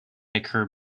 occur